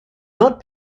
not